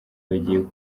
bagiye